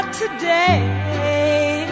today